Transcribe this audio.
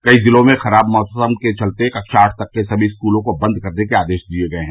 कई जिलों में खराब मौसम के चलते कक्षा आठ तक के समी स्कूलों को बंद करने के आदेश दिये गये हैं